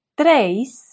tres